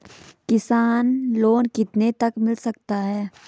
किसान लोंन कितने तक मिल सकता है?